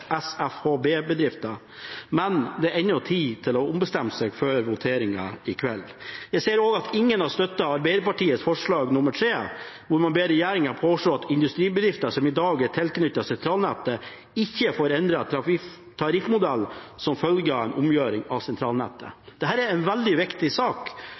men det er ennå tid til å ombestemme seg før voteringen i kveld. Jeg ser også at ingen har støttet Arbeiderpartiets forslag nr. 3, hvor man ber regjeringen påse at industribedrifter som i dag er tilknyttet sentralnettet, ikke får endret tariffmodell som følge av en omgjøring av sentralnettet. Dette er en veldig viktig sak,